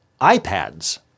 iPads